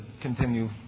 continue